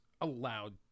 allowed